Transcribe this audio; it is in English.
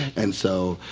and so,